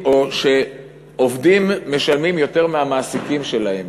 שעובדים משלמים יותר מהמעסיקים שלהם,